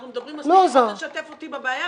אנחנו מדברים מספיק כדי לשתף אותי בבעיה,